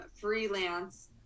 freelance